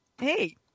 hey